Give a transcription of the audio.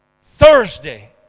Thursday